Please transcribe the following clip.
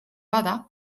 bada